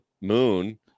moon